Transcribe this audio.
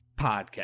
podcast